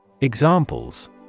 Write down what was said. Examples